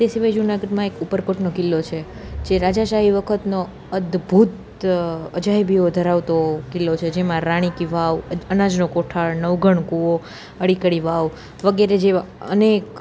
તે સિવાય જુનાગઢમાં એક ઉપરકોટનો કિલ્લો છે જે રાજાશાહી વખતનો અદ્ભુત અજાયબીઓ ધરાવતો કિલ્લો છે જેમાં રાણીકી વાવ અનાજનો કોઠાર નવઘણ કૂવો અડી કડી વાવ વગેરે જેવાં અનેક